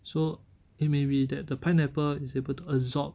so it may be that the pineapple is able to absorb